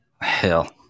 Hell